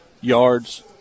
Yards